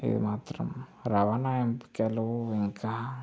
ఏమాత్రం రవాణా ఎంపికలో ఇంకా